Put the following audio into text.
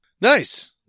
Nice